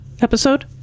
episode